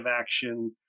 action